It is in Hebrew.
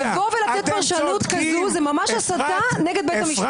לבוא ולתת פרשנות כזאת זאת ממש הסתה נגד בית המשפט.